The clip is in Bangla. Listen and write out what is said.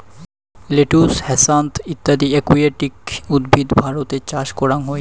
লেটুস, হ্যাসান্থ ইত্যদি একুয়াটিক উদ্ভিদ ভারতে চাষ করাং হই